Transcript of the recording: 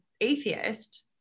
atheist